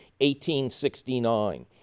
1869